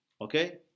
Okay